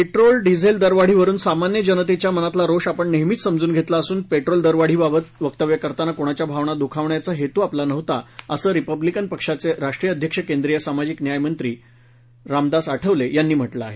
petrol diesel दरवाढीवरून सामान्य जनतेच्या मनातला रोष आपण नेहमीच समजुन घेतला असुन पेट्रोल दरवाढीबाबत वक्तव्य करताना कोणाच्या भावना दुखावण्याचा आपला हेतू नव्हता असं रिपब्लिकन पक्षाचे राष्ट्रीय अध्यक्ष केंद्रीय सामाजिक न्याय मंत्री रामदास आठवले यांनी म्हटलं आहे